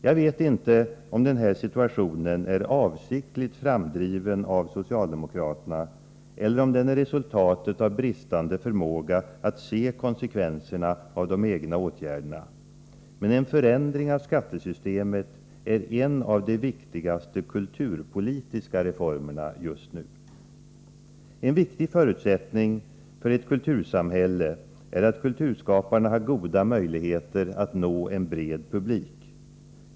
Jag vet inte om denna situation är avsiktligt framdriven av socialdemokraterna eller om den är resultatet av bristande förmåga att se konsekvenserna av de egna åtgärderna. En förändring av skattesystemet är emellertid en av de viktigaste kulturpolitiska reformerna just nu. En väsentlig förutsättning för ett kultursamhälle är att kulturskaparna har goda möjligheter att nå en bred publik.